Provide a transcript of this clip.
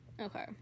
Okay